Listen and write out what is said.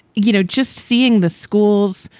you know, just seeing the schools,